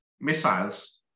missiles